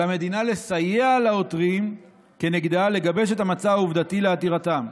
על המדינה לסייע לעותרים כנגדה לגבש את המצע העובדתי לעתירתם.